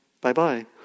bye-bye